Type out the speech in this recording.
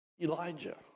Elijah